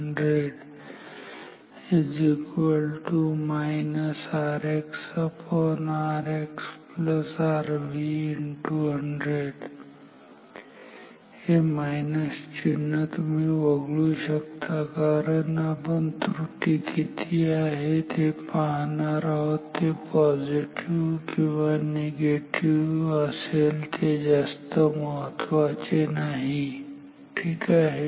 हे मायनस चिन्ह तुम्ही वगळू शकता कारण आपण त्रुटी किती आहे हे पाहणार आहोत ते पॉझिटिव्ह किंवा निगेटिव्ह असेल ते जास्त महत्त्वाचे नाही ठीक आहे